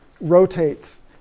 rotates